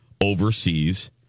overseas